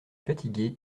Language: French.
fatigué